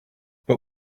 but